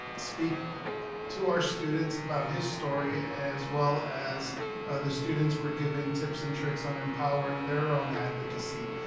speak to our students about his story as well as the students were given tips and tricks on empowering their own advocacy,